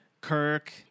kirk